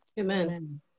Amen